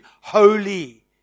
holy